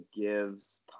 gives